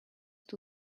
too